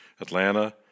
Atlanta